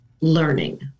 learning